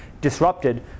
disrupted